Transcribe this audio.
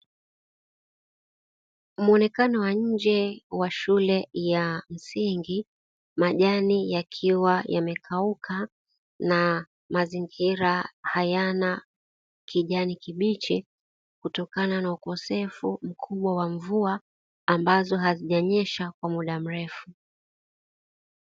Mwonekano wa nje wa shule yamsingi , majani yakiwa yamekauka na mazingira hayana kijani kibichi, kutokana na ukosefu mkubwa wa mvua ambazo hazijanyesha kwa muda mrefu.